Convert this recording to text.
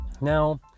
Now